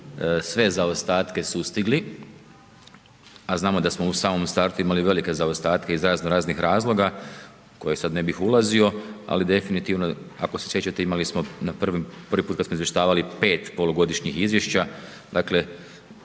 sve zaostatke sustigli a znam da smo u samom startu imali velike zaostatke iz raznoraznih razloga u koje ne bi sad ulazio ali definitivno ako se sjećate, imali smo prvi puta kad smo izvještavali 5 polugodišnjih izvješća, dakle